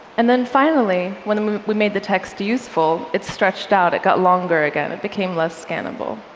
and then finally, when we made the text useful, it stretched out. it got longer again. it became less scannable.